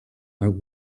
are